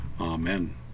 Amen